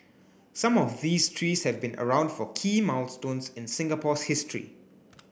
some of these trees have been around for key milestones in Singapore's history